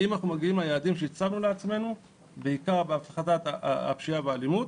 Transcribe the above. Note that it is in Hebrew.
האם אנחנו מגיעים ליעדים שהצבנו לעצמנו בעיקר בהפחתת הפשיעה והאלימות,